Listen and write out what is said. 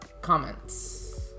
comments